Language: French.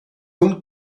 ondes